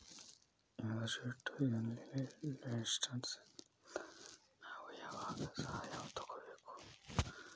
Institutional investors ಇಂದಾ ನಾವು ಯಾವಾಗ್ ಸಹಾಯಾ ತಗೊಬೇಕು?